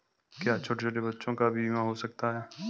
क्या छोटे छोटे बच्चों का भी बीमा हो सकता है?